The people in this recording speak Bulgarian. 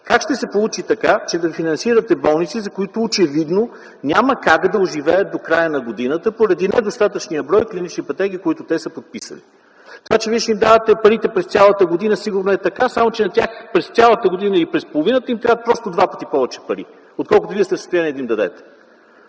как ще се получи така, че да финансирате болници, които очевидно няма как да оживеят до края на годината поради недостатъчния брой клинични пътеки, които те са подписали? Това че вие ще им давате парите през цялата година, сигурно е така, само че на тях през цялата година и през половината им трябват два пъти повече пари, отколкото вие сте в състояние да им дадете.